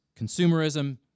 consumerism